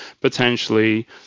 potentially